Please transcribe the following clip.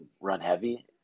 run-heavy